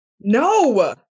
no